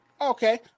Okay